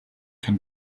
can